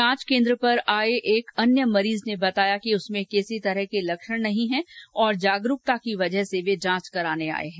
जांच केन्द्र पर आये एक अन्य मरीज ने बताया कि उसमें किसी तरह के लक्षण नहीं हैं और जागरूकता की वजह से वे जांच कराने आए हैं